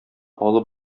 алып